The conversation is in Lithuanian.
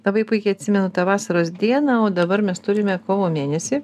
labai puikiai atsimenu tą vasaros dieną o dabar mes turime kovo mėnesį